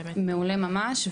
מעולה ממש.